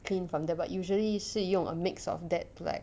clean from there but usually 是用 a mix of that like